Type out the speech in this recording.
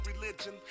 religion